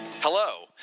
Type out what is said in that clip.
Hello